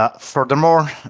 Furthermore